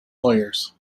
lawyers